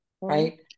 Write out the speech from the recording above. right